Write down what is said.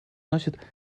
носит